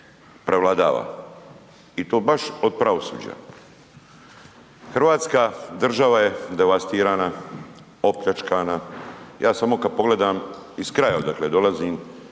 i to baš od pravosuđa. Hrvatska država je devastirana, opljačkana ja samo kada pogledam iz kraja odakle